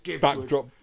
Backdrop